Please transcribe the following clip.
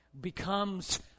becomes